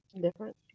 Different